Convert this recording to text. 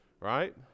Right